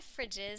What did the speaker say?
fridges